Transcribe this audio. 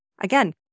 Again